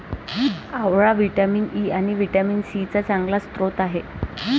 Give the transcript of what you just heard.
आवळा vitamin E आणि vitamin C चा चांगला स्रोत आहे